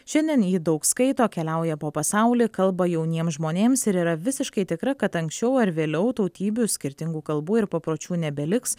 šiandien ji daug skaito keliauja po pasaulį kalba jauniems žmonėms ir yra visiškai tikra kad anksčiau ar vėliau tautybių skirtingų kalbų ir papročių nebeliks